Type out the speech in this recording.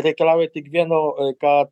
reikalauja tik vieno kad